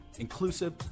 inclusive